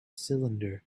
cylinder